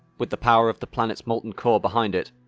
with the power of the planet's molten core behind it,